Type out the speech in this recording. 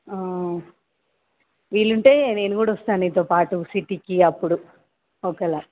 వీలు ఉంటే నేను కూడా వస్తాను నీతో పాటు సిటీకి అప్పుడు ఒకేలా